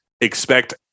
expect